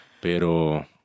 Pero